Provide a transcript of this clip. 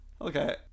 Okay